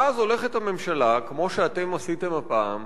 ואז הולכת הממשלה, כמו שאתם עשיתם הפעם,